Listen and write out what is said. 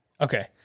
Okay